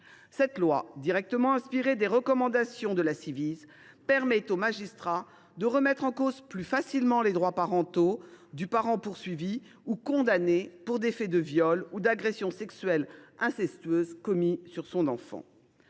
Cette loi, directement inspirée des recommandations de la Ciivise, permet aux magistrats de remettre en cause plus facilement les droits parentaux du parent poursuivi ou condamné pour des faits de viol ou d’agression sexuelle incestueux commis sur son enfant.